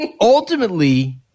ultimately